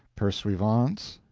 pursuivants,